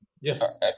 Yes